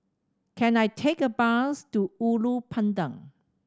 can I take a bus to Ulu Pandan